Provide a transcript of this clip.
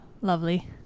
Lovely